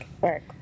work